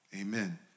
Amen